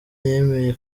yemeye